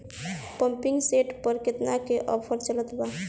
Pumping set पर केतना के ऑफर चलत बा?